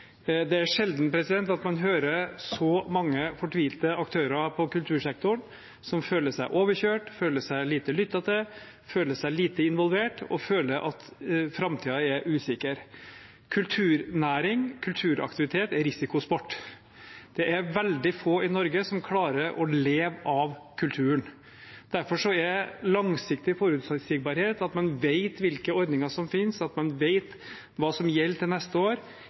Det er sjelden at man hører så mange fortvilte aktører på kultursektoren, som føler seg overkjørt, føler seg lite lyttet til, føler seg lite involvert og føler at framtiden er usikker. Kulturnæring, kulturaktivitet, er risikosport. Det er veldig få i Norge som klarer å leve av kulturen. Derfor er langsiktig forutsigbarhet, at man vet hvilke ordninger som finnes, at man vet hva som gjelder til neste år,